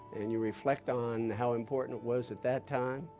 and you reflect on how important it was at that time,